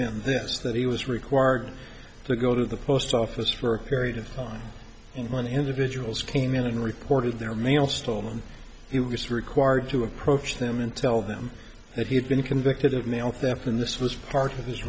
this that he was required to go to the post office for a period of time when individuals came in and reported their mail stolen he was required to approach them and tell them that he had been convicted of mail theft and this was part of his